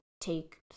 take